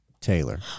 Taylor